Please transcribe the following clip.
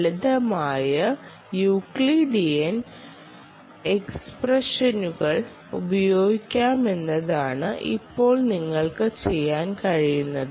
ലളിതമായ യൂക്ലിഡിയൻ എക്സ്പ്രഷനുകൾ ഉപയോഗിക്കാമെന്നതാണ് ഇപ്പോൾ നിങ്ങൾക്ക് ചെയ്യാൻ കഴിയുന്നത്